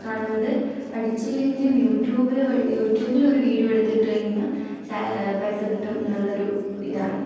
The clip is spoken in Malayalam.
കാണുന്നത് പഠിച്ചില്ലെങ്കിലും യൂട്യൂബിൽ വഴി യൂട്യൂബിൽ ഒരു വീഡിയോ എടുത്തിട്ട് കഴിഞ്ഞാൽ പൈസ കിട്ടും എന്നുള്ള ഒരു ഇതാണ്